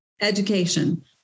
education